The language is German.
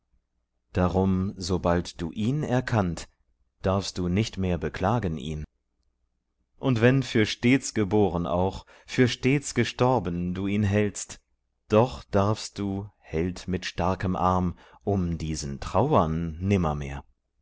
darum sobald du ihn erkannt darfst du nicht mehr beklagen ihn und wenn für stets geboren auch für stets gestorben du ihn hältst doch darfst du held mit starkem arm um diesen trauern